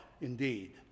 indeed